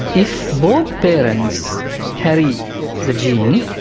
if both parents carry the gene,